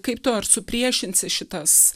kaip tu ar su priešinsi šitas